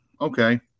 okay